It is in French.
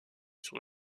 sur